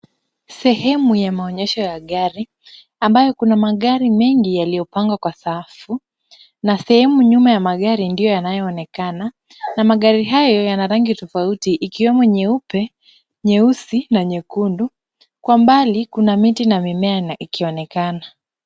Sehemu ya maonyesho ya gari, ambayo kuna magari mengi yaliyopangwa kwa safu na sehemu nyuma ya magari ndio yanayoonekana na magari hayo yana rangi tofauti ikiwemo nyeupe, nyeusi na nyekundu. Kwa mbali kuna miti na mimea ikionekana.